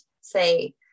say